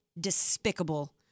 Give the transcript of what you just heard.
despicable